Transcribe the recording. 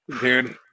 dude